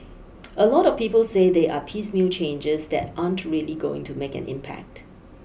a lot of people say they are piecemeal changes that aren't really going to make an impact